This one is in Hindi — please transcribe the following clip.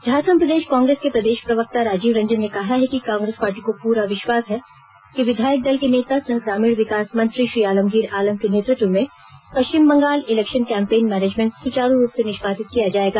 झारखंड प्रदेश कांग्रेस के प्रदेश प्रवक्ता राजीव रंजन ने कहा है कि कांग्रेस पार्टी को पूरा विश्वास है कि विधायक दल के नेता सह ग्रामीण विकास मंत्री श्री आलमगीर आलम के नेतत्व में Paschim Bengal election campaign management सुचारू रूप से निष्पादित किया जाएगा